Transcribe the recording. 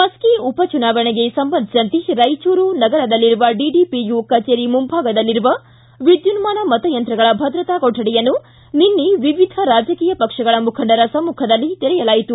ಮಸ್ಥಿ ಉಪ ಚುನಾವಣೆಗೆ ಸಂಬಂಧಿಸಿದಂತೆ ರಾಯಚೂರು ನಗರದಲ್ಲಿರುವ ಡಿಡಿಪಿಯು ಕಚೇರಿ ಮುಂಭಾಗದಲ್ಲಿರುವ ವಿದ್ಯುನ್ನಾನ ಮತಯಂತ್ರಗಳ ಭದ್ರತಾ ಕೊಠಡಿಯನ್ನು ನಿನ್ನೆ ವಿವಿಧ ರಾಜಕೀಯ ಪಕ್ಷಗಳ ಮುಖಂಡರ ಸಮ್ಮುಖದಲ್ಲಿ ತೆರೆಯಲಾಯಿತು